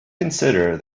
consider